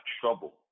trouble